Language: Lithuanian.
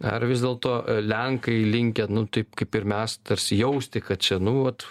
ar vis dėlto lenkai linkę nu taip kaip ir mes tarsi jausti kad čia nu vat